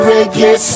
Reggae